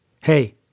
Hey